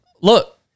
look